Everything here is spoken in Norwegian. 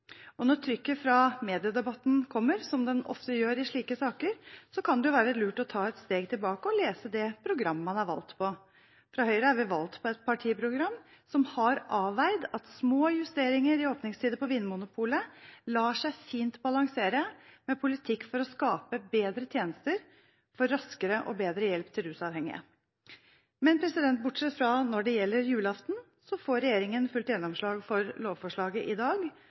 Og når trykket fra mediedebatten kommer, som det ofte gjør i slike saker, kan det være lurt å ta et steg tilbake og lese det programmet man er valgt på. I Høyre er vi valgt på et partiprogram som har avveid at små justeringer i åpningstider på Vinmonopolet lar seg fint balansere med en politikk for å skape bedre tjenester for raskere og bedre hjelp til rusavhengige. Men bortsett fra når det gjelder julaften, får regjeringen fullt gjennomslag for lovforslaget i dag.